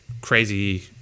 crazy